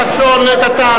חבר הכנסת חסון, לעת עתה.